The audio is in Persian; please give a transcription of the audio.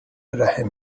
رحم